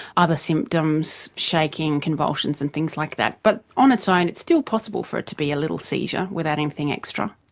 other symptoms, shaking, convulsions and things like that. but on its own it's still possible for it to be a little seizure without anything extra.